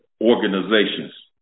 organizations